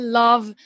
love